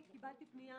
קיבלתי פנייה